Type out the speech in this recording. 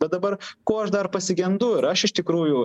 bet dabar ko aš dar pasigendu ir aš iš tikrųjų